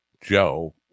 Joe